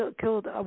killed